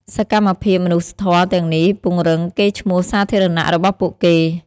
សកម្មភាពមនុស្សធម៌ទាំងនេះពង្រឹងកេរ្តិ៍ឈ្មោះសាធារណៈរបស់ពួកគេ។